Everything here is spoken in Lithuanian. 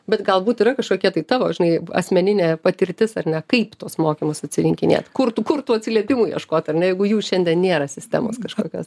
bet galbūt yra kažkokie tai tavo žinai asmeninė patirtis ar ne kaip tuos mokymus atsirinkinėt kur tų kur tų atsiliepimų ieškot ar ne jeigu jų šiandien nėra sistemos kažkokios